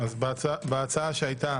בהצעה שהיתה